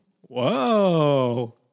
whoa